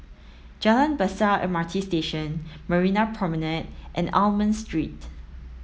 Jalan Besar M R T Station Marina Promenade and Almond Street